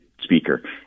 speaker